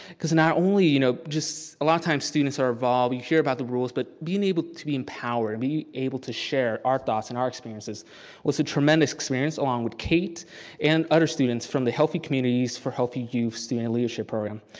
cause not only are you, know just a lot of times students are involved, you hear about the rules, but being able to be empowered, being able to share our thoughts and our experiences was a tremendous experience along with kate and other students from the healthy communities for healthy youth student leadership program,